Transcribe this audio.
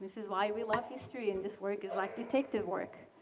is why we love history and this work is like detective work.